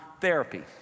therapy